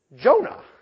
Jonah